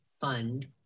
fund